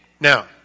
Now